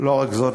לא רק זאת,